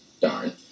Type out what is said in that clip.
darn